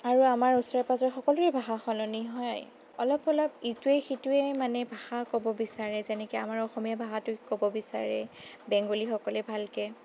আৰু আমাৰ ওচৰে পাজৰে সকলোৰে ভাষা সলনি হয় অলপ অলপ ইটোৱে সিটোৱে মানে ভাষা ক'ব বিচাৰে যেনেকৈ আমাৰ অসমীয়া ভাষাটো ক'ব বিচাৰে বেংগোলীসকলে ভালকৈ